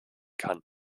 kann